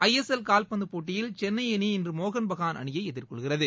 ISL கால்பந்துப் போட்டியில் சென்னை அணி இன்று மோகன் பஹான் அணியை எதிர்கொள்கிறது